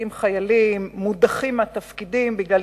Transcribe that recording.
נשפטים חיילים ומודחים מתפקידים בגלל